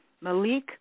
Malik